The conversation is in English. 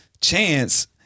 chance